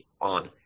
on